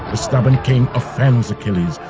ah stubborn king offends achilles,